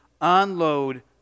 unload